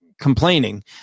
complaining